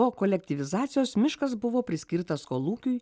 po kolektyvizacijos miškas buvo priskirtas kolūkiui